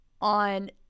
on